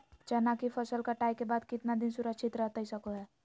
चना की फसल कटाई के बाद कितना दिन सुरक्षित रहतई सको हय?